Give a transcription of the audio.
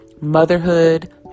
motherhood